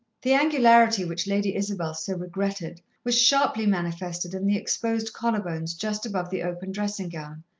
the angularity which lady isabel so regretted was sharply manifested in the exposed collar-bones just above the open dressing-gown,